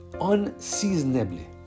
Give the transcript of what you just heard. unseasonably